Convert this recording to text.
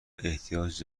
احتیاج